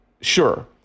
sure